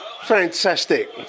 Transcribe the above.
Fantastic